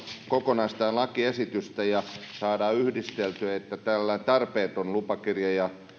kokonaista lakiesitystä ja saamme yhdisteltyä näitä että semmoinen tarpeeton lupakirja ja